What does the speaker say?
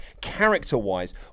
character-wise